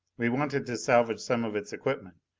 we wanted to salvage some of its equipment,